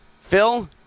phil